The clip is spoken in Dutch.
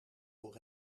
voor